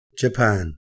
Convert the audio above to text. Japan